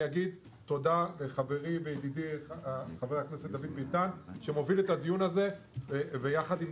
אודה לחברי וידידי חבר הכנסת דוד ביטן שמוביל את הדיון הזה ויחד עם